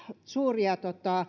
suuria